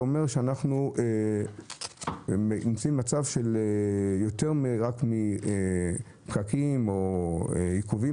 אנחנו נמצאים במצב שנובע יותר מרק פקקים או עיכובים,